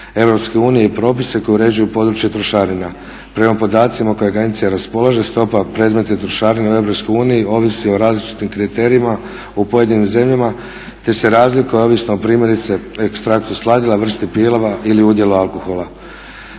Europske unije i propise koji uređuju područje trošarina. Prema podacima kojima agencija raspolaže stopa …/Govornik se ne razumije./… trošarina u Europskoj uniji ovisi o različitim kriterijima u pojedinim zemljama te se razlikuje ovisno o primjerice ekstraktu sladila, vrsti …/Govornik se ne